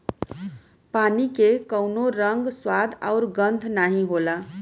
पानी के कउनो रंग, स्वाद आउर गंध नाहीं होला